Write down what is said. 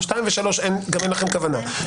גם אין לכם כוונה.